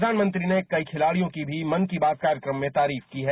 प्रधानमंत्री ने कई खिलाड़ियों की भी मन की बात में तारीफ की है